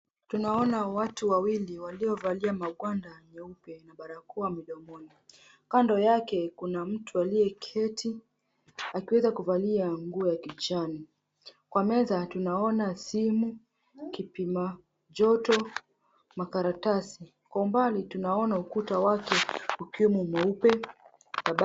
Tunaona watu wawili waliovalia magwanda 𝑚𝑒𝑢𝑝𝑒 𝑛𝑎 barakoa mdomoni. Kando yake kuna mtu aliyeketi akiweza kuvalia nguo ya kijani. Kwa meza tunaona simu, kipima joto, makaratasi. Kwa mbali tunaona ukuta wake ukiwa mweupe.